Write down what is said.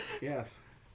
Yes